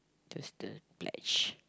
just the pledge